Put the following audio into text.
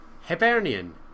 Hibernian